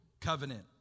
covenant